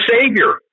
savior